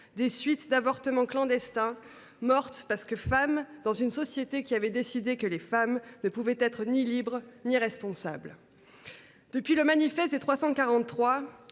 des suites d’avortements clandestins, mortes parce que femmes dans une société qui avait décidé que les femmes ne pouvaient être ni libres ni responsables. Depuis le manifeste des 343,